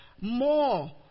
More